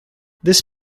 this